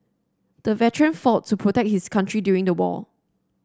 the veteran fought to protect his country during the war